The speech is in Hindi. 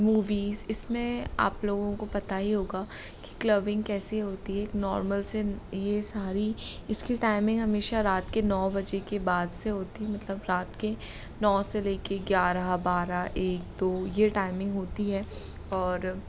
मूवीज़ इसमें आप लोगों को पता ही होगा कि क्लबिंग कैसी होती है एक नॉर्मल से ये सारी इसकी टाइमिंग हमेशा रात के नो बजे के बाद से होती है मतलब रात के नौ से लेकर ग्यारह बारह एक दो यह टाइमिंग होती है और